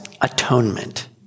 atonement